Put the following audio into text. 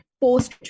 Post